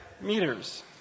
meters